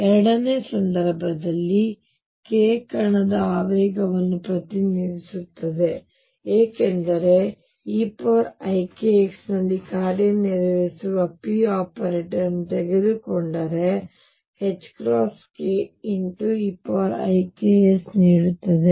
ಎರಡನೆಯ ಸಂದರ್ಭದಲ್ಲಿ k ಕಣದ ಆವೇಗವನ್ನು ಪ್ರತಿನಿಧಿಸುತ್ತದೆ ಅದು ಹೇಗೆ ಏಕೆಂದರೆ ನಾನು eikx ನಲ್ಲಿ ಕಾರ್ಯನಿರ್ವಹಿಸುವ p ಆಪರೇಟರ್ ಅನ್ನು ತೆಗೆದುಕೊಂಡರೆ ನನಗೆ ℏkeikx ಸಿಗುತ್ತದೆ